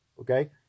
Okay